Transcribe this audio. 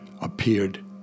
appeared